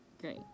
Great